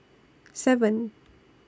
seven